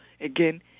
again